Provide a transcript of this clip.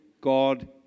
God